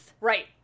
Right